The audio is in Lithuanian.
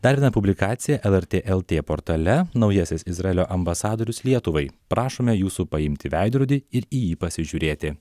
dar viena publikacija lrt lt portale naujasis izraelio ambasadorius lietuvai prašome jūsų paimti veidrodį ir į jį pasižiūrėti